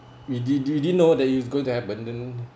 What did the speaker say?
you didn't didn't know that is going to happen